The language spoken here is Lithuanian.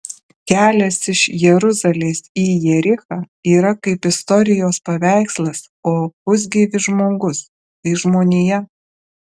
kelias iš jeruzalės į jerichą yra kaip istorijos paveikslas o pusgyvis žmogus tai žmonija